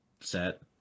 set